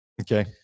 Okay